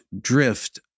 drift